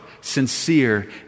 sincere